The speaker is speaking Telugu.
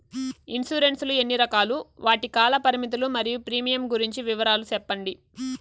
ఇన్సూరెన్సు లు ఎన్ని రకాలు? వాటి కాల పరిమితులు మరియు ప్రీమియం గురించి వివరాలు సెప్పండి?